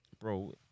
Bro